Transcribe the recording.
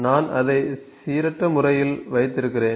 நான் அதை சீரற்ற முறையில் வைத்திருக்கிறேன்